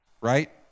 right